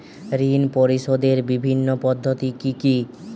ঋণ পরিশোধের বিভিন্ন পদ্ধতি কি কি?